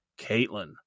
Caitlin